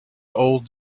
old